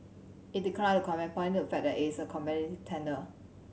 it declined to comment pointing to the fact that it is a competitive tender